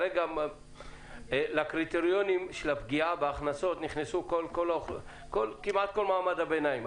כרגע לקריטריונים של הפגיעה בהכנסות נכנסו כמעט כל מעמד הביניים.